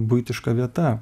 buitiška vieta